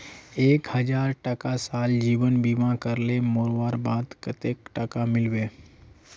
एक हजार टका साल जीवन बीमा करले मोरवार बाद कतेक टका मिलबे?